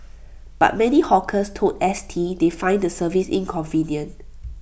but many hawkers told S T they find the service inconvenient